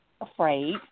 afraid